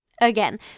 Again